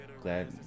glad